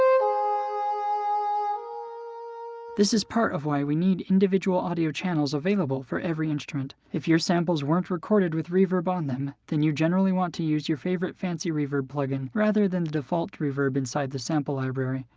this is part of why we need individual audio channels available for every instrument. if your samples weren't recorded with reverb on them, then you generally want to use your favorite fancy reverb plug-in rather than the default reverb inside the sample library.